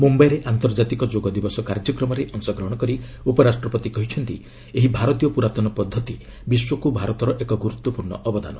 ମୁମ୍ବାଇରେ ଆନ୍ତର୍ଜାତିକ ଯୋଗ ଦିବସ କାର୍ଯ୍ୟକ୍ରମରେ ଅଂଶଗ୍ରହଣ କରି ଉପରାଷ୍ଟ୍ରପତି କହିଛନ୍ତି ଏହି ଭାରତୀୟ ପୁରାତନ ପଦ୍ଧତି ବିଶ୍ୱକୁ ଭାରତର ଏକ ଗୁରୁତ୍ୱପୂର୍ଣ୍ଣ ଅବଦାନ